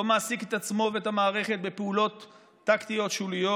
לא מעסיק את עצמו ואת המערכת בפעולות טקטיות שוליות,